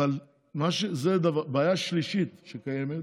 בעיה שלישית שקיימת: